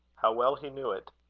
how well he knew it!